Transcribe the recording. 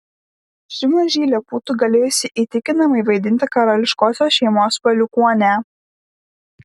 ši mažylė būtų galėjusi įtikinamai vaidinti karališkosios šeimos palikuonę